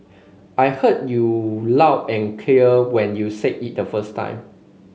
I heard you loud and clear when you said it the first time